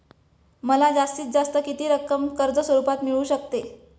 मला जास्तीत जास्त किती रक्कम कर्ज स्वरूपात मिळू शकते?